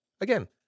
Again